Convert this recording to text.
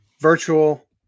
virtual